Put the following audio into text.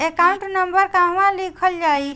Account number कहवा लिखल जाइ?